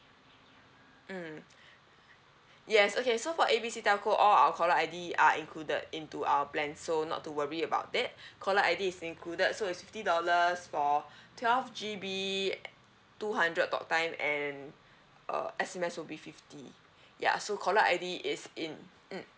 mm yes okay so for A B C telco all our caller I_D are included into our plans so not to worry about that caller I_D is included so it's fifty dollars for twelve G_B two hundred talk time and uh S_M_S will be fifty ya so caller I_D is in mm